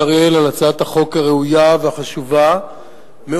אריאל על הצעת החוק הראויה והחשובה מאוד,